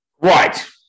Right